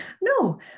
No